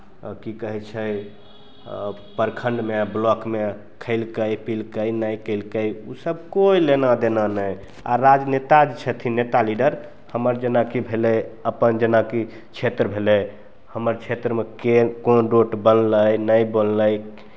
की कहै छै प्रखण्डमे ब्लॉकमे खेलकै पीलकै नहि केलकै ओसभ कोइ लेना देना नहि आ राजनेता जे छथिन नेता लीडर हमर जेनाकि भेलै अपन जेनाकि क्षेत्र भेलै हमर क्षेत्रमे के कोन रोड बनलै नहि बनलै